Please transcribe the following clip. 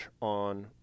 on